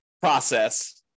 process